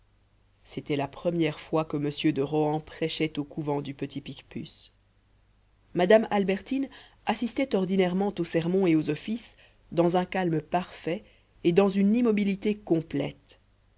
c'était la première fois que mr de rohan prêchait au couvent du petit picpus madame albertine assistait ordinairement aux sermons et aux offices dans un calme parfait et dans une immobilité complète